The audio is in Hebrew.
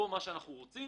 אנחנו רוצים